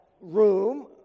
room